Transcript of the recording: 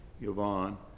Yvonne